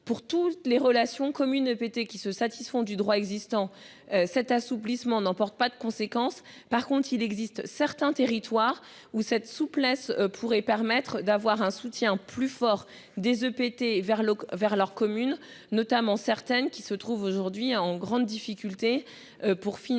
pour toutes les relations communes péter qui se satisfont du droit existant. Cet assouplissement n'emporte pas de conséquences. Par contre, il existe certains territoires où cette souplesse pourrait permettre d'avoir un soutien plus fort des EPT vers le vers leurs communes notamment certaines qui se trouve aujourd'hui en grande difficulté pour financer